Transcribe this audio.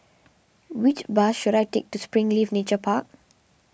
which bus should I take to Springleaf Nature Park